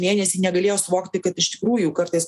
mėnesį negalėjo suvokti kad iš tikrųjų kartais